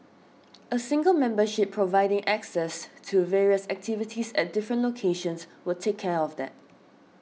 a single membership providing access to various activities at different locations would take care of that